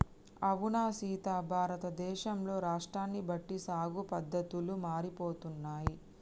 అవునా సీత భారతదేశంలో రాష్ట్రాన్ని బట్టి సాగు పద్దతులు మారిపోతున్నాయి